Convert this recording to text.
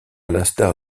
l’instar